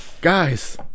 Guys